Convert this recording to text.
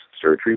surgery